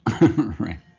Right